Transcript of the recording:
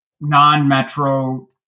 non-metro